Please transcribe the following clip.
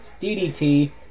DDT